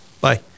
Bye